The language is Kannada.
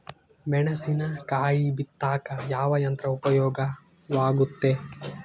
ಮೆಣಸಿನಕಾಯಿ ಬಿತ್ತಾಕ ಯಾವ ಯಂತ್ರ ಉಪಯೋಗವಾಗುತ್ತೆ?